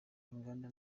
inganda